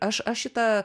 aš aš šitą